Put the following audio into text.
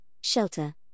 shelter